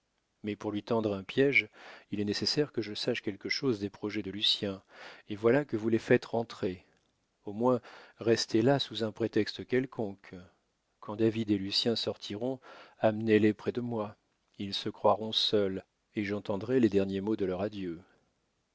mais pour lui tendre un piége il est nécessaire que je sache quelque chose des projets de lucien et voilà que vous les faites rentrer au moins restez là sous un prétexte quelconque quand david et lucien sortiront amenez les près de moi ils se croiront seuls et j'entendrai les derniers mots de leur adieu